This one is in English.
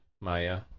Maya